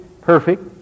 perfect